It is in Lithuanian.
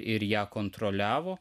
ir ją kontroliavo